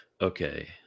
Okay